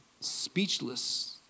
speechless